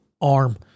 arm